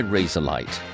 Razorlight